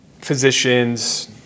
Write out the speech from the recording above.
physicians